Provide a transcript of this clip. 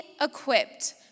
equipped